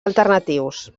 alternatius